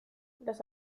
los